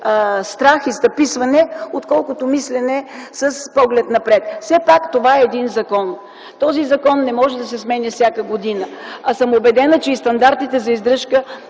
страх и стъписване, отколкото мислене с поглед напред. Все пак това е един закон. Този закон не може да се сменя всяка година. А съм убедена, че и стандартите за издръжка